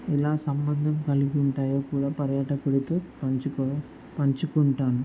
ఇలా సంబంధం కలిగి ఉంటాయో కూడా పర్యాటకుడితో పంచుకో పంచుకుంటాను